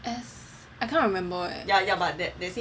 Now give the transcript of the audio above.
I can't remember leh